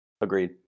Agreed